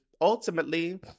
ultimately